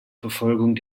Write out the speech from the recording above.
verfolgung